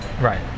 Right